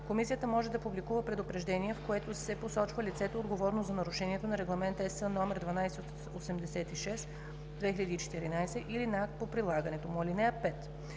Комисията може да публикува предупреждение, в което се посочва лицето, отговорно за нарушението на Регламент (ЕС) № 1286/2014 или на акт по прилагането му.